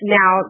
now